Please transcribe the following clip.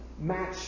match